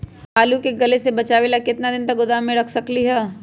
आलू के गले से बचाबे ला कितना दिन तक गोदाम में रख सकली ह?